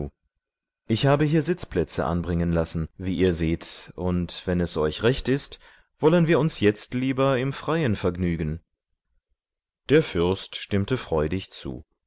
ich habe hier sitzplätze anbringen lassen wie ihr seht und wenn es euch recht ist wollen wir uns jetzt lieber im freien vergnügen der fürst stimmte freudig zu